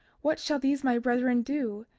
what shall these my brethren do,